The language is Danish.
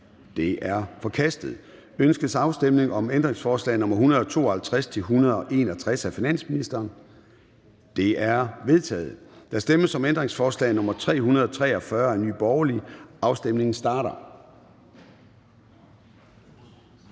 Det er forkastet. Ønskes afstemning om ændringsforslag nr. 213-218 af finansministeren? De er vedtaget. Der stemmes om ændringsforslag nr. 333 af Danmarksdemokraterne. Afstemningen starter.